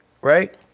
right